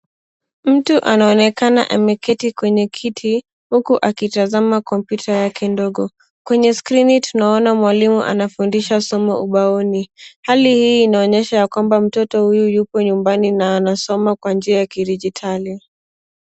Mtu anaonekana ameketi kwenye kiti huku akitazama kompyuta yake ndogo kwenye skrini tunaona mwalimu anafunzisha somo ubaoni hali hii inaonyesha kwamba mtoto huyu yupo nyumbani na anasoma kwa njia ya kidijitali.